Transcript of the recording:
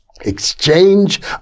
Exchange